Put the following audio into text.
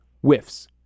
whiffs